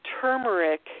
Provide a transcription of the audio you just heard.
turmeric